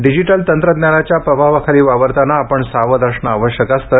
digital तंत्रज्ञानाच्या प्रभावाखाली वावरतांना आपण सावध असणं आवश्यदक असतं